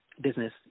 business